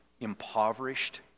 Impoverished